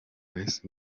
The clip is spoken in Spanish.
vez